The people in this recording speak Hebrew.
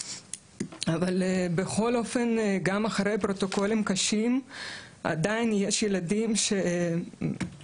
אבל בכל אופן גם אחרי פרוטוקולים קשים עדיין יש ילדים שהרופאים